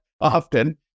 Often